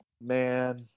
Man